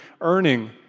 earning